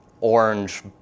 orange